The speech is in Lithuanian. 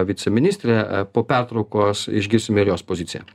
viceministrė po pertraukos išgirsime ir jos poziciją